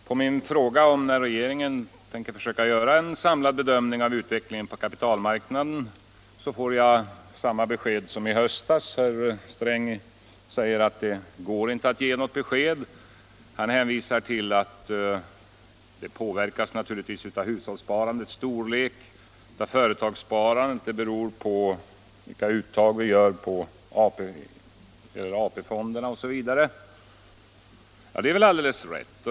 Herr talman! På min fråga när regeringen tänker försöka göra en samlad bedömning av utvecklingen på kapitalmarknaden får jag i dag samma svar som i höstas. Herr Sträng säger att det inte går att ge något besked, och han hänvisar då till att det beror på hushållssparandets storlek och på företagssparandet samt på vilka uttag vi gör på AP-fonderna osv. Detta är väl alldeles riktigt.